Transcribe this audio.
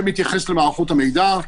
שמתייחס למערכות המידע.